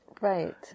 Right